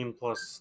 plus